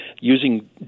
using